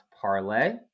parlay